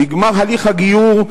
בגמר הליך הגיור,